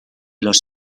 los